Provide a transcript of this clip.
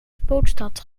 spookstad